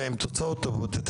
ועם תוצאות טובות יותר.